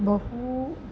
बहु